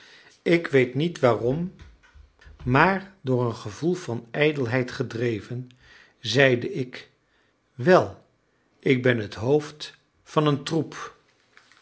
ik weet niet waarom maar door een gevoel van ijdelheid gedreven zeide ik wel ik ben het hoofd van een troep